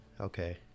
Okay